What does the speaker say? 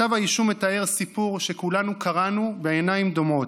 כתב האישום מתאר סיפור שכולנו קראנו בעיניים דומעות,